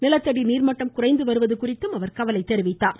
நிலத்தடி நீர்மட்டம் குறைந்து வருவது குறித்தும் அவர் கவலை தெரிவித்தார்